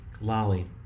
Lolly